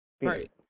Right